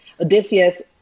Odysseus